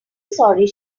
sorry